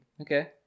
Okay